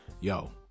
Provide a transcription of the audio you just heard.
yo